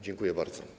Dziękuję bardzo.